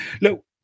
look